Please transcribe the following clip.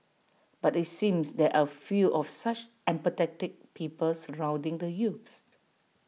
but IT seems there are few of such empathetic people surrounding the youths